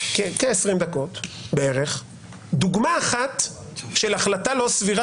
כ-20 דקות דוגמה אחת של החלטה לא סבירה